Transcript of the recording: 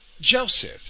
Joseph